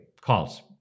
calls